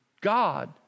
God